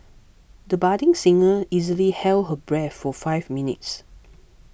the budding singer easily held her breath for five minutes